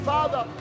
Father